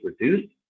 reduced